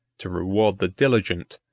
to reward the diligent,